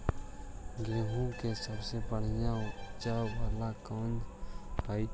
गेंहूम के सबसे बढ़िया उपज वाला प्रकार कौन हई?